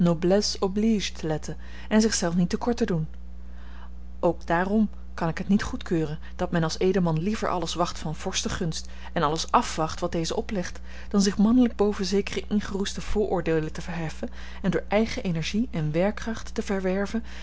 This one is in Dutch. noblesse oblige te letten en zich zelf niet te kort te doen ook daarom kan ik het niet goedkeuren dat men als edelman liever alles wacht van vorstengunst en alles afwacht wat deze oplegt dan zich mannelijk boven zekere ingeroeste vooroordeelen te verheffen en door eigen energie en werkkracht te verwerven